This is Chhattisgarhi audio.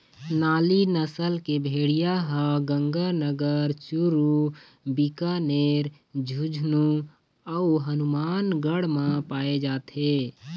नाली नसल के भेड़िया ह गंगानगर, चूरू, बीकानेर, झुंझनू अउ हनुमानगढ़ म पाए जाथे